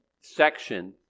section